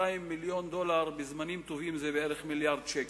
200 מיליון דולר בזמנים טובים זה בערך מיליארד שקל.